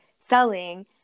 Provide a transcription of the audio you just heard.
selling